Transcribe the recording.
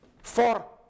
four